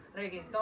reggaeton